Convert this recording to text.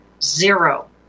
zero